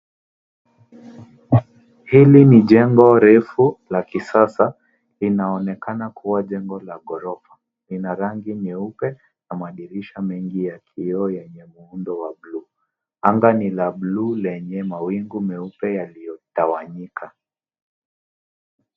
Hili ni jengo refu la kisasa. Linaonekana kuwa jengo la ghorofa. Lina rangi nyeupe na madirisha mengi ya kioo yenye muundo wa bluu. Anga ni la bluu lenye mawingu meupe yaliyotawanyika.